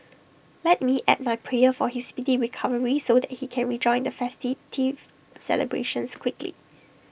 let me add my prayer for his speedy recovery so that he can rejoin the celebrations quickly